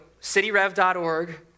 cityrev.org